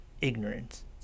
ignorance